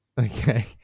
okay